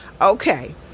okay